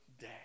day